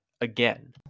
again